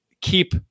keep